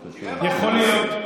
בבקשה, כבוד השר.